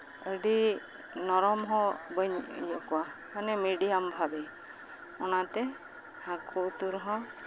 ᱟᱹᱰᱤ ᱱᱚᱨᱚᱢ ᱦᱚᱸ ᱵᱟᱹᱧ ᱤᱭᱟᱹ ᱠᱚᱣᱟ ᱢᱟᱱᱮ ᱢᱤᱰᱤᱭᱟᱢ ᱵᱷᱟᱵᱮ ᱚᱱᱟᱛᱮ ᱦᱟᱠᱩ ᱩᱛᱩ ᱨᱚᱦᱚᱸ